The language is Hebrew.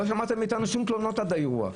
לא שמעתם מאתנו שום תלונות עד האירוע.